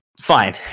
fine